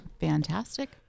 Fantastic